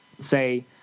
say